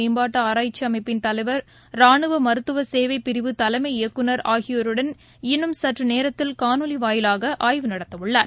மேம்பாட்டுஆராய்ச்சிஅமைப்பின் தலைவர் ரானுவமருத்துவசேவைபிரிவு தலைமை இயக்குநர் ஆகியோருடன் இன்னும் சற்றநேரத்தில் காணொலிவாயிலாகஆய்வு நடத்தவுள்ளார்